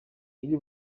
iri